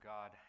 God